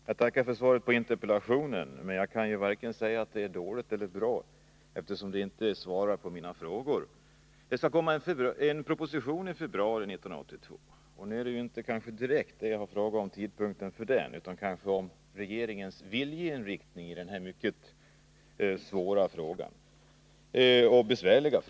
Herr talman! Jag tackar för svaret på interpellationen. Jag kan inte säga att det är vare sig dåligt eller bra, eftersom det inte utgör svar på mina frågor. Det skall komma en proposition i februari 1982, säger jordbruksministern. Jag har inte direkt frågat om tidpunkten för framläggande av den propositionen, utan jag har frågat om regeringens viljeinriktning när det gäller denna mycket svåra och besvärliga sak.